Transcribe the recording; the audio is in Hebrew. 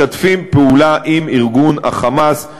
משתפים פעולה עם ארגון ה"חמאס",